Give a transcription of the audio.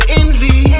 envy